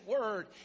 word